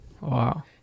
Wow